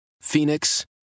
Phoenix